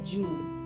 Jews